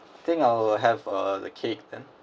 think I'll have uh the cake then